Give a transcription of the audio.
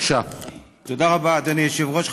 תודה רבה, אדוני היושב-ראש.